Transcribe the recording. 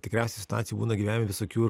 tikriausiai situacijų būna gyvenime visokių